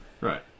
Right